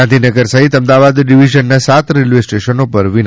ગાંધીનગર સહિત અમદાવાદ ડિવિઝનના સાત રેલ્વે સ્ટેશનો પર વિના